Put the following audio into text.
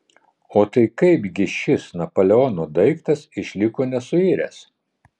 o tai kaip gi šis napoleono daiktas išliko nesuiręs